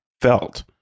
felt